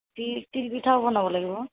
তিল তিলপিঠাও বনাব লাগিব